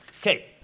Okay